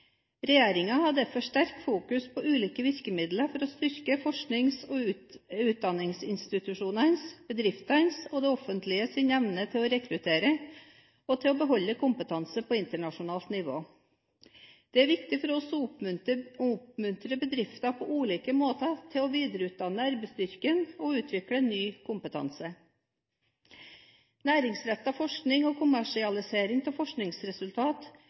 har derfor sterkt fokus på ulike virkemidler for å styrke forsknings- og utdanningsinstitusjonenes, bedriftenes og det offentliges evne til å rekruttere og beholde kompetanse på internasjonalt nivå. Det er viktig for oss å oppmuntre bedrifter på ulike måter til å videreutdanne arbeidsstyrken og utvikle ny kompetanse. Næringsrettet forskning og kommersialisering av